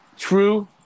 True